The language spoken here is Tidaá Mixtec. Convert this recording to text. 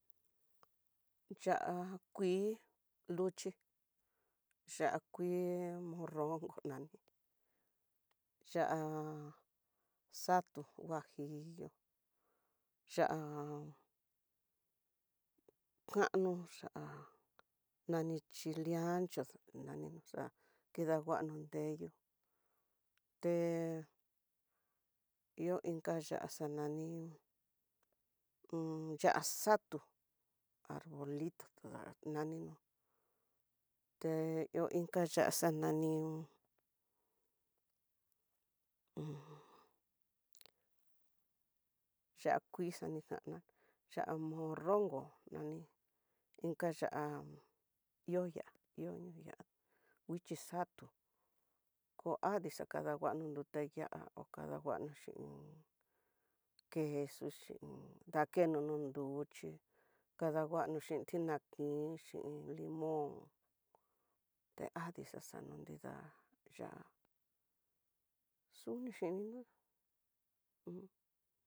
Ya'á kuii luxhi, ya kuii morron nani, ya'á xatu huajillo, ya'á kono, ya'á nani chile ancho, nani noxa kidanguano ndeyu té inka ya'á xatu arbolito, anino té yo inka ya'á xanani, ya kuii anitana ya'á morrongo nani inka ya'á ihó ya, ihó ya nguixhi xatú ko adii xakadanguano nrute ya'á, kuano xhin queso xhin dakeno no nruté uchí kadanguano, xhin tinakin xhin limón te adii xaxano nridá ya'á xuni xhini nú un.